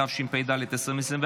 התשפ"ד 2024,